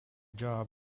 job